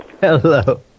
Hello